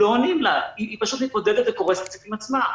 לא עונים לה, היא פשוט מתמודדת וקורסת עם עצמה.